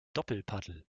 doppelpaddel